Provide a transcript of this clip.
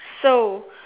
so